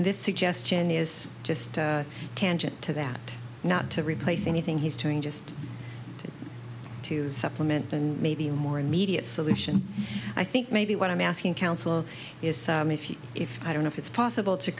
suggestion is just tangent to that not to replace anything he's doing just to supplement and maybe a more immediate solution i think maybe what i'm asking counsel is if you if i don't know if it's possible to